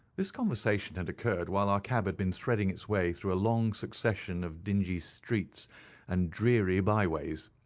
this conversation had occurred while our cab had been threading its way through a long succession of dingy streets and dreary by-ways.